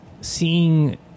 seeing